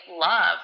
love